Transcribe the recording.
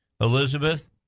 Elizabeth